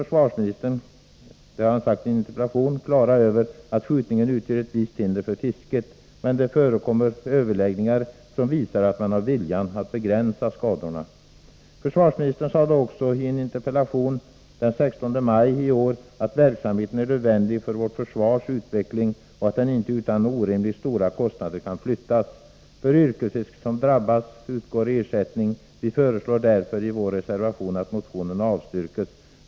Försvarsministern framhåller i sitt interpellationssvar den 16 maj i år att skjutningen utgör ett visst hinder för fisket, men att det förekommer överläggningar som visar att man har viljan att begränsa skadorna. Också vi är klara över detta. Försvarsministern sade i sitt interpellationssvar också att verksamheten är nödvändig för vårt försvars utveckling och att den inte utan orimligt stora kostnader kan flyttas. För yrkesfiskare som drabbas utgår ersättning. Vi föreslår därför i vår reservation att motionen avstyrks.